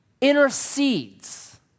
intercedes